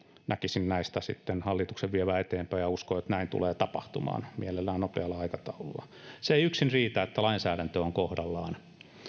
näkisin näitä sitten hallituksen vievän eteenpäin ja uskon että näin tulee tapahtumaan mielellään nopealla aikataululla se ei yksin riitä että lainsäädäntö on kohdallaan